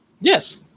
Yes